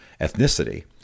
ethnicity